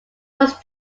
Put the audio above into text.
was